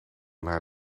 naar